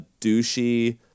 douchey